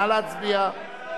נא להצביע.